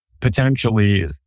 potentially